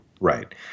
right